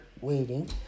waiting